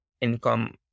income